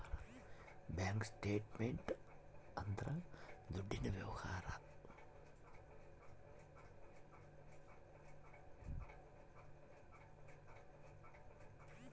bank statement ಅಂದ್ರ ದುಡ್ಡಿನ ವ್ಯವಹಾರ